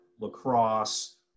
lacrosse